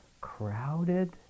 crowded